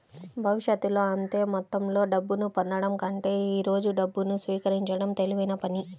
భవిష్యత్తులో అంతే మొత్తంలో డబ్బును పొందడం కంటే ఈ రోజు డబ్బును స్వీకరించడం తెలివైన పని